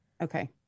Okay